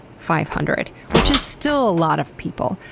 five hundred. which is still a lot of people,